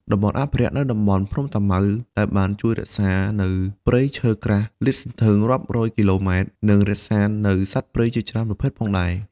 តំបន់អភិរក្សនៅតំបន់ភ្នំតាម៉ៅដែលបានជួយរក្សានៅព្រៃឈើក្រាស់សាតសន្ធឹងរាប់រយគីឡូម៉ែត្រ និងរក្សានៅសត្វព្រៃជាច្រើនប្រភេទផងដែរ។